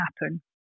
happen